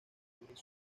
pintura